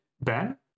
Ben